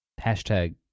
Hashtag